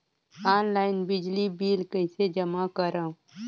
Online बिजली bill कइसे जमा करव?